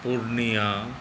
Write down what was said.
Purnia